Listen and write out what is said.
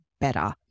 better